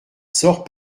sort